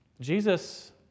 Jesus